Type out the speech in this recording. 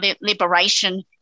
liberation